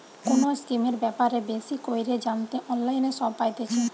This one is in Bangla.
কোনো স্কিমের ব্যাপারে বেশি কইরে জানতে অনলাইনে সব পাইতেছে